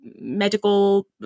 medical